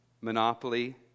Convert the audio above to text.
Monopoly